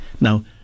Now